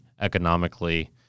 economically